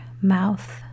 mouth